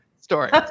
story